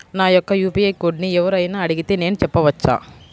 నా యొక్క యూ.పీ.ఐ కోడ్ని ఎవరు అయినా అడిగితే నేను చెప్పవచ్చా?